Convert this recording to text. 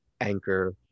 Anchor